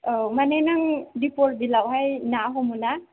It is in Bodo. औ माने नों दिपरबिलआव हाय ना हमो ना